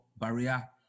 barrier